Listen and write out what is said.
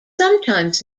sometimes